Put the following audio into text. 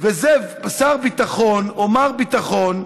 וזה שר ביטחון, או מר ביטחון,